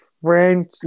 french